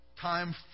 time